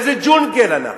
באיזה ג'ונגל אנחנו?